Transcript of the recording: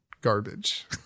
garbage